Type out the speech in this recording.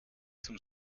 zum